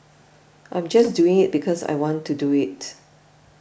I am just doing it because I want to do it